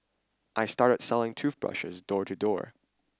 I started selling toothbrushes door to door